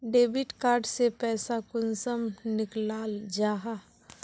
Debit card से पैसा कुंसम निकलाल जाहा?